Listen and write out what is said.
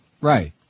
Right